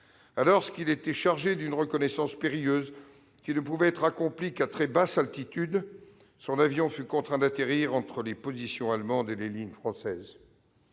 Alors qu'il s'était chargé d'une reconnaissance périlleuse qui ne pouvait être accomplie qu'à très basse altitude, son avion fut contraint d'atterrir entre les positions allemandes et les lignes françaises.